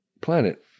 planet